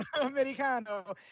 Americano